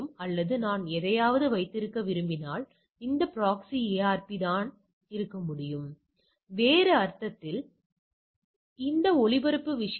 இது உண்மையான வரம்பு கமா எதிர்பார்க்கப்படும் வரம்பாகும் இது உண்மையில் புள்ளிவிவரங்களை உங்களுக்கு வழங்குகிறது